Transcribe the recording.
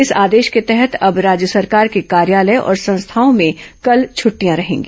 इस आदेश के तहत अब राज्य सरकार के कार्यालय और संस्थाओं में कल छुटिटयां रहेंगी